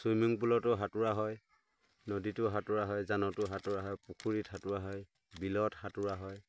swimming পুলতো সাঁতোৰা হয় নদীটো সাঁতোৰা হয় জানতো সাঁতোৰা হয় পুখুৰীত সাঁতোৰা হয় বিলত সাঁতোৰা হয়